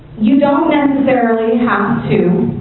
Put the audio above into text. you don't necessarily have to